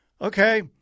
Okay